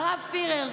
הרב פירר.